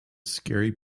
scary